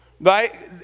right